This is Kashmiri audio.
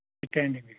سِٹینڈنٛنگٕے